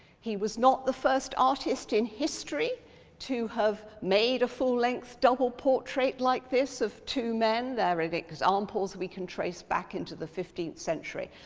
he was not the first artist in history to have made a full-length double portrait like this of two men. there are examples we can trace back into the fifteenth century.